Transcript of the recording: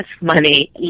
money